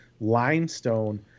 limestone